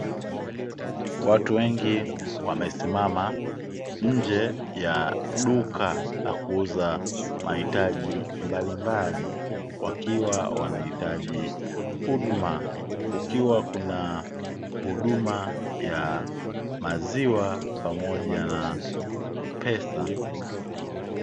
Watu wengi wamesimama nje ya duka, la kuuza mahitaji mbalimbali, wakiwa wanahitaji huduma, kukiwa kuna huduma ya maziwa pamoja na upesa.